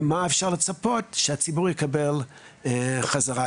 ומה אפשר לצפות שהציבור יקבל חזרה.